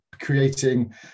creating